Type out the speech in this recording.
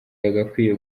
yagakwiye